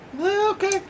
Okay